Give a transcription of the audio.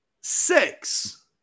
six